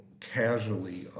casually